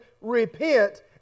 Repent